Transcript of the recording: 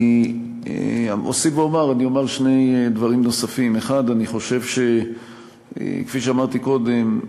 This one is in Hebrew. אני אוסיף ואומר שני דברים: 1. כפי שאמרתי קודם,